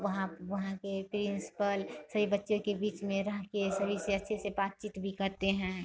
वहाँ वहाँ के प्रिन्सिपल से बच्चे के बीच में रह के सभी से अच्छे से बातचीत भी करते हैं